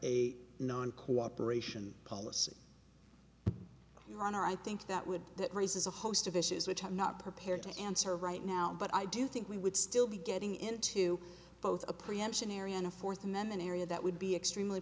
a non cooperation policy your honor i think that would that raises a host of issues which i'm not prepared to answer right now but i do think we would still be getting into both a preemption area and a fourth amendment area that would be extremely